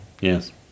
Yes